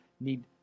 need